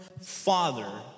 father